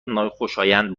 ناخوشایند